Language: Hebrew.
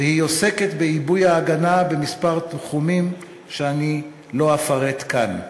והיא עוסקת בעיבוי ההגנה בכמה תחומים שאני לא אפרט כאן.